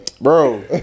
Bro